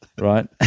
Right